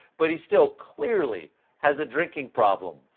but he still clearly has a drinking problem.